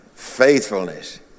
Faithfulness